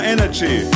energy